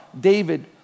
David